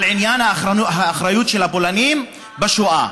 על עניין האחריות של הפולנים בשואה.